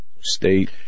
state